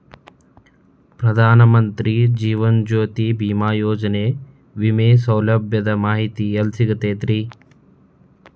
ಪ್ರಧಾನ ಮಂತ್ರಿ ಜೇವನ ಜ್ಯೋತಿ ಭೇಮಾಯೋಜನೆ ವಿಮೆ ಸೌಲಭ್ಯದ ಮಾಹಿತಿ ಎಲ್ಲಿ ಸಿಗತೈತ್ರಿ?